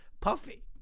puffy